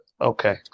okay